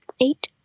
eight